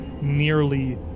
nearly